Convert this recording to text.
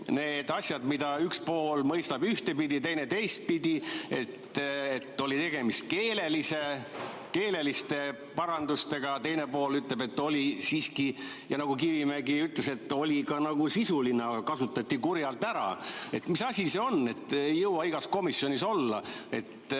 uuesti, mida üks pool mõistab ühtepidi ja teine teistpidi? Kas oli tegemist keeleliste parandustega, teine pool ütleb, et olid siiski, nagu Kivimägi ütles, ka sisulised, aga kasutati kurjalt ära. Mis asi see on? Ei jõua igas komisjonis olla.